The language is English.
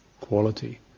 quality